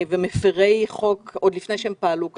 ומפרי חוק עוד לפני שהם פעלו כך.